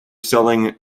selling